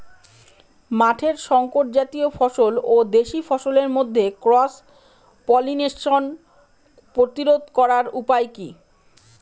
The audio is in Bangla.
মাঠের শংকর জাতীয় ফসল ও দেশি ফসলের মধ্যে ক্রস পলিনেশন প্রতিরোধ করার উপায় কি?